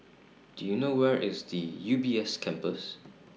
Do YOU know Where IS The U B S Campus